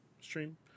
stream